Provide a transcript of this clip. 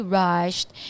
rushed